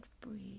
breathe